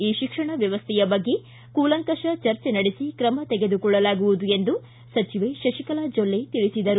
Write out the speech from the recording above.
ಈ ಶಿಕ್ಷಣ ವ್ಯವಸ್ಥೆಯ ಬಗ್ಗೆ ಕೂಲಂಕಷ ಚರ್ಚೆ ನಡೆಸಿ ಕ್ರಮ ತೆಗೆದುಕೊಳ್ಳಲಾಗುವುದು ಎಂದು ಸಚಿವೆ ಶಶಿಕಲಾ ಜೊಲ್ಲೆ ತಿಳಿಸಿದರು